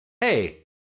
hey